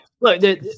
look